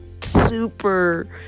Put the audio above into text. super